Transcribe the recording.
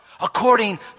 according